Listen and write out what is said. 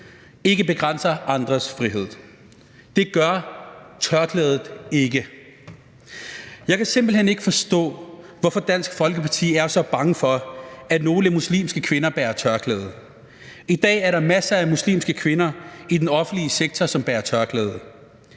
ikke begrænser andres frihed. Det gør tørklædet ikke. Jeg kan simpelt hen ikke forstå, hvorfor Dansk Folkeparti er så bange for, at nogle muslimske kvinder bærer tørklæde. I dag er der masser af muslimske kvinder i den offentlige sektor, som bærer tørklæde: